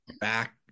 back